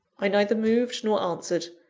i neither moved nor answered.